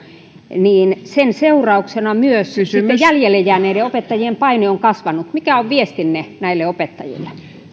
niin sen seurauksena myös jäljelle jääneiden opettajien paine on kasvanut mikä on viestinne näille opettajille